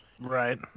Right